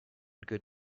good